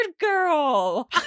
girl